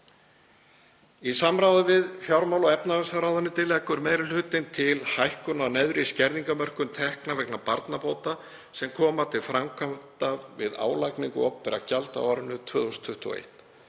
Í samráði við fjármála- og efnahagsráðuneytið leggur meiri hlutinn til hækkun á neðri skerðingarmörkum tekna vegna barnabóta sem koma til framkvæmda við álagningu opinberra gjalda á árinu 2021.